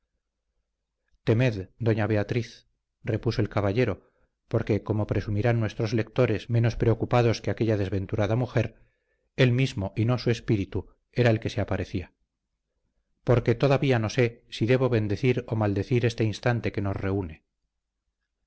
temed doña beatriz repuso el caballero porque como presumirán nuestros lectores menos preocupados que aquella desventurada mujer él mismo y no su espíritu era el que se aparecía porque todavía no sé si debo bendecir o maldecir este instante que nos reúne